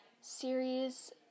series